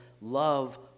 love